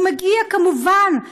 הוא מגיע כמובן,